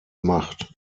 macht